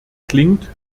klingt